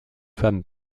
femmes